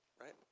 right